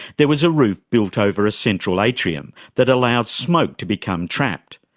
there was a roof built over a central atrium that allowed smoke to become trapped.